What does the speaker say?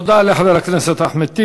תודה לחבר הכנסת אחמד טיבי.